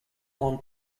gone